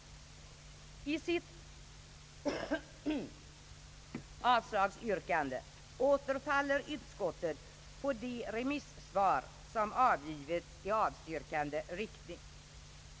I sitt avslagsyrkande återfaller utskottet på de remissvar som avgivits i avstyrkande riktning.